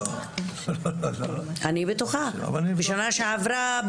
בשנה שעברה,